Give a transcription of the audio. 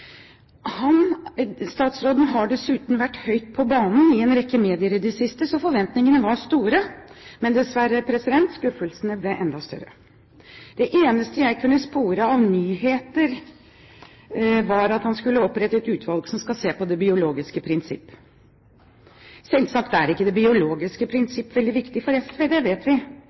Statsråden har dessuten vært høyt på banen i en rekke medier i det siste, så forventningene var store, men, dessverre, skuffelsen ble enda større. De eneste jeg kunne spore av nyheter, var at statsråden skulle opprette et utvalg som skulle se på det biologiske prinsipp. Selvsagt er ikke det biologiske prinsipp veldig viktig for SV – det vet vi